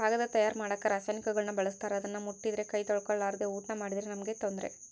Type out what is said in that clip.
ಕಾಗದ ತಯಾರ ಮಾಡಕ ರಾಸಾಯನಿಕಗುಳ್ನ ಬಳಸ್ತಾರ ಅದನ್ನ ಮುಟ್ಟಿದ್ರೆ ಕೈ ತೊಳೆರ್ಲಾದೆ ಊಟ ಮಾಡಿದ್ರೆ ನಮ್ಗೆ ತೊಂದ್ರೆ